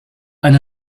eine